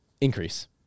increase